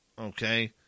Okay